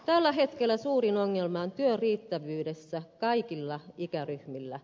tällä hetkellä suurin ongelma on työriittävyydessä kaikilla ikäryhmillä